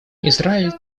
израиль